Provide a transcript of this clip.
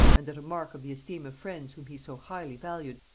and that a mark of the esteem of friends whom he so highly valued,